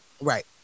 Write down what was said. Right